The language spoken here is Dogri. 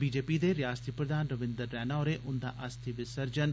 भाजपा दे रिआसती प्रधान रविन्दर रैणा होरें उंदा अस्थि विसरजन